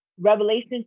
Revelation